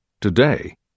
Today